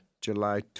July